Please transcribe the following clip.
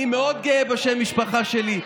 אני מאוד גאה בשם המשפחה שלי.